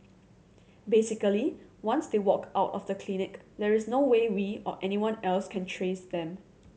basically once they walk out of the clinic there is no way we or anyone else can trace them